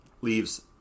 leaves